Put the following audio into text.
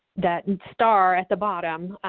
that and star at the bottom,